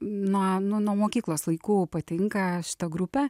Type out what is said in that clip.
nuo nuo nuo mokyklos laikų patinka šita grupė